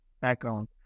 background